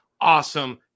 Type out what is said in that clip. awesome